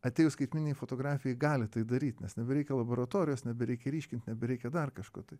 atėjus skaitmeninei fotografijai gali tai daryt nes nebereikia laboratorijos nebereikia ryškint nebereikia dar kažko tai